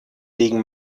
wegen